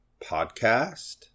Podcast